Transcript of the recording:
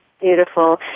Beautiful